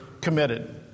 committed